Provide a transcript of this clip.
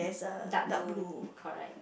dark blue correct